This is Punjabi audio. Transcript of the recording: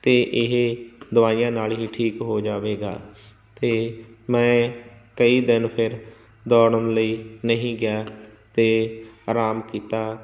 ਅਤੇ ਇਹ ਦਵਾਈਆਂ ਨਾਲ ਹੀ ਠੀਕ ਹੋ ਜਾਵੇਗਾ ਅਤੇ ਮੈਂ ਕਈ ਦਿਨ ਫਿਰ ਦੌੜਨ ਲਈ ਨਹੀਂ ਗਿਆ ਅਤੇ ਆਰਾਮ ਕੀਤਾ